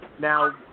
now